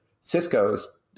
Cisco's